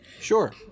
Sure